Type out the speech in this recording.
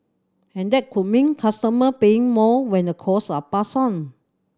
and that could mean customer paying more when the costs are passed on